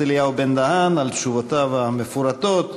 אליהו בן-דהן על תשובותיו המפורטות.